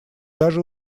даже